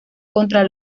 contra